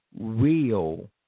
real